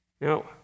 Now